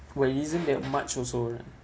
when isn't that much also right